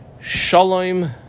shalom